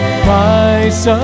price